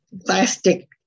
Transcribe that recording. plastic